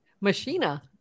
Machina